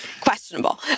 questionable